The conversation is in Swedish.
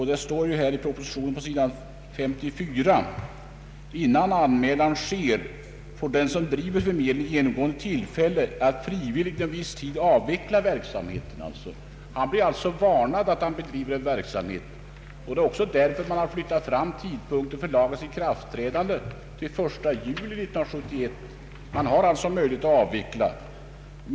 Det står i propositionen på sidan 54: ”Innan anmälan sker, får den som driver förmedlingen genomgående tillfälle att frivilligt inom viss tid avveckla verksamheten.” Han blir alltså varnad för att han bedriver verksamheten. Det är också därför man har flyttat fram tidpunkten för lagens ikraftträdande till den 1 juli 1971. Byrån har alltså möjlighet att avveckla.